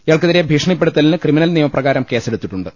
ഇയാൾക്കെതിരെ ഭീഷണിപ്പെടുത്തലിന് criminal നിയമപ്രകാരം കേസെടുത്തിട്ടുണ്ട്